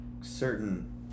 certain